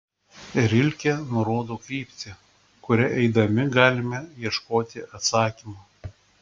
rilke nurodo kryptį kuria eidami galime ieškoti atsakymo